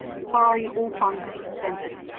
sorry, all funds expended.